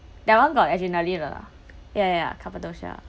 that one got adrenaline or no ya ya ya cappadocia